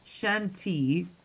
Shanti